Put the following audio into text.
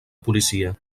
policia